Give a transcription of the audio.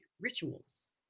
rituals